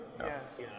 yes